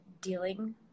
dealing